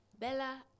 Bella